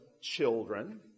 children